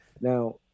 Now